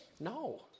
no